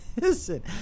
listen